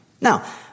Now